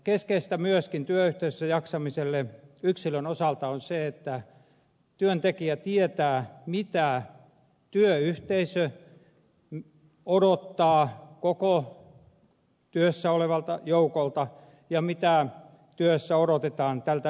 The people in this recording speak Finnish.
keskeistä myöskin työyhteisössä jaksamiselle yksilön osalta on se että työntekijä tietää mitä työyhteisö odottaa koko työssä olevalta joukolta ja mitä työssä odotetaan tältä yksilöltä